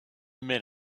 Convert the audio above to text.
minute